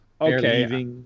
Okay